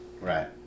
Right